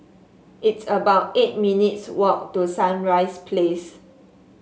it's about eight minutes' walk to Sunrise Place